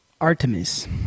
Artemis